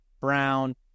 brown